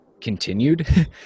continued